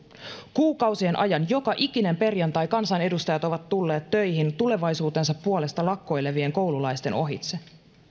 kuukausien ajan joka ikinen perjantai kansanedustajat ovat tulleet töihin tulevaisuutensa puolesta lakkoilevien koululaisten ohitse